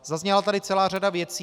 Zazněla tady celá řada věcí.